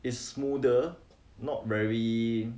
is smoother not very